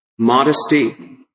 Modesty